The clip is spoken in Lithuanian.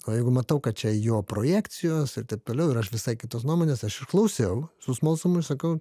o jeigu matau kad čia jo projekcijos ir taip toliau ir aš visai kitos nuomonės aš išklausiau su smalsumu ir sakau